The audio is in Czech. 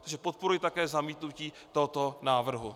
Takže podporuji také zamítnutí tohoto návrhu.